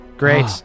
Great